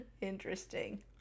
Interesting